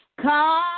Come